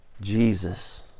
Jesus